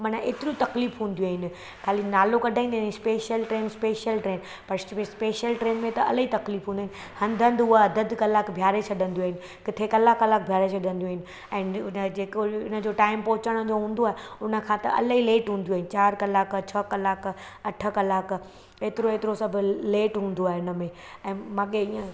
माना एतिरियूं तकलीफ़ हूंदियूं आहिनि खाली नालो कढाईंदा आहिनि ऐं स्पेशल ट्रेन स्पेशल ट्रेन पर स्पेशल ट्रेन में त अलाई तकलीफ़ हूंदी आहे हंधु हंधु उहा अधु अधु कलाकु बीहारे छॾंदियूं आहिनि किथे किथे कलाक कलाक बीहारे छॾंदियूं आहिनि ऐंड उन जेको इन जो टाइम पहुचण जो हूंदो आहे उन खां त अलाई लेट हूंदियूं आहिनि चारि कलाक छह कलाक अठ कलाक एतिरो एतिरो सभु लेट हूंदो आहे इन में ऐं माॻे ईअं